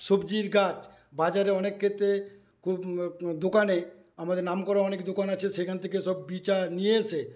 সবজির গাছ বাজারে অনেকক্ষেত্রে দোকানে আমাদের নামকরা অনেক দোকান আছে সেখান থেকে সব বিচা নিয়ে এসে